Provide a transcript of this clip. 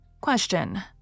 Question